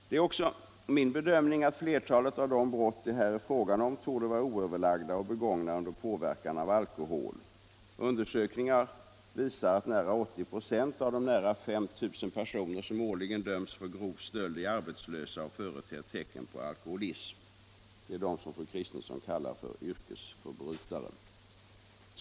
Det är också min bedömning att flertalet av de brott det här är fråga om torde vara oöverlagda och begångna under påverkan av alkohol. Undersökningar visar att nära 80 96 av de ca 5 000 personer som årligen döms för grov stöld är arbetslösa och företer tecken på alkoholism. Det är dem fru Kristensson kallar yrkesförbrytare.